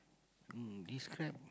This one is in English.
mm describe